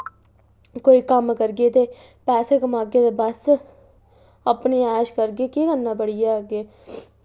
किश कम्म करगे ते पैसे कमागे बस अपनी ऐश करगे केह् करना पढ़ियै अग्गें